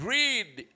Greed